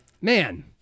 man